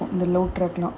oh இதெல்லாம்:idhellaam